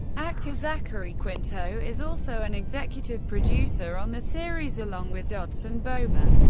actor zachary quinto is also an executive producer on the series, along with dodson, bomer,